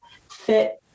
fit